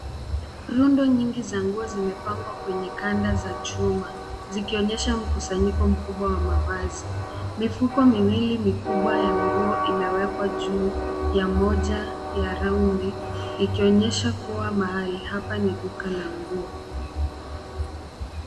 Rundo nyingi za nguo zimepangwa kwenye kanda za chuma zikionyesha mkusanyiko mkubwa wa mavazi. Mifuko miwili mikubwa ya nguo imewekwa juu ya moja ya raundi ikionyesha kuwa mahali hapa ni duka la nguo.